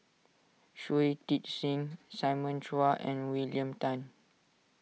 Shui Tit Sing Simon Chua and William Tan